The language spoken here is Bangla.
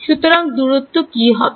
সুতরাং দূরত্ব কি হবে